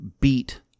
beat